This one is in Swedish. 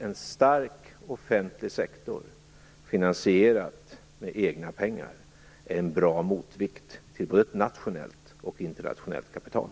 En stark offentlig sektor, finansierad med egna pengar, är naturligtvis en bra motvikt till både nationellt och internationellt kapital.